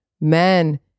men